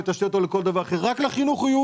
לתשתיות או לכל דבר אחר כי הוא ייעודי